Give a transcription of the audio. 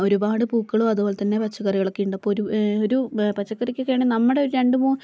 ഒരുപാട് പൂക്കളും അതുപോലെത്തന്നെ പച്ചക്കറികളൊക്കെയുണ്ട് അപ്പോൾ ഒരു ഒരു ബാ പച്ചക്കറിക്കൊക്കെയാണെ നമ്മുടെ ഒരു രണ്ട് മൂന്ന്